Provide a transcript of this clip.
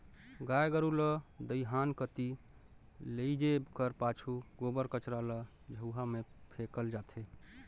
गाय गरू ल दईहान कती लेइजे कर पाछू गोबर कचरा ल झउहा मे फेकल जाथे